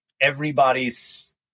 everybody's